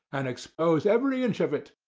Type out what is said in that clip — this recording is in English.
and expose every inch of it.